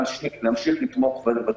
להמשיך לתמוך בזה.